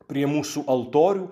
prie mūsų altorių